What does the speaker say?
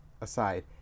Aside